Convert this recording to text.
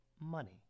money